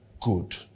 Good